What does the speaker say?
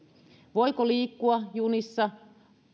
voiko liikkua junissa